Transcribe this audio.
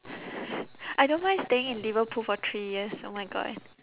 I don't mind staying in liverpool for three years oh my god